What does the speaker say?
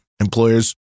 Employers